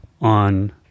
on